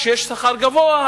כשיש שכר גבוה,